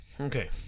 Okay